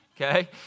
Okay